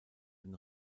den